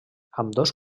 ambdós